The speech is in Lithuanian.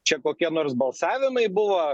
čia kokie nors balsavimai buvo